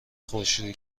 خورشیدی